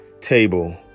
table